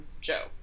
Joe